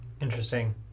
Interesting